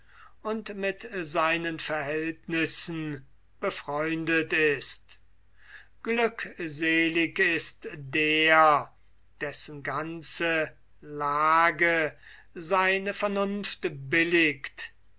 und mit seinen verhältnissen befreundet ist glückselig ist der dessen ganze lage seine vernunft billigt